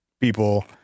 people